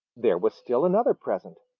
there was still another present.